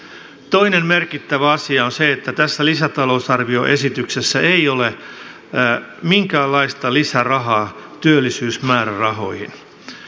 toinen merkittävä asia on se että tässä lisätalousarvioesityksessä ei ole minkäänlaista lisärahaa työllisyysmäärärahoihin